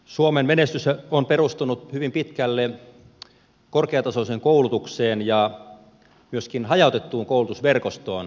suomen menestys on perustunut hyvin pitkälle korkeatasoiseen koulutukseen ja myöskin hajautettuun koulutusverkostoon